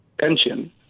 pension